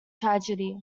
tragedy